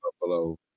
Buffalo